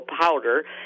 powder